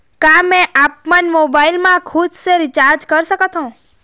का मैं आपमन मोबाइल मा खुद से रिचार्ज कर सकथों?